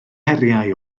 heriau